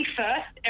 first